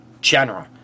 general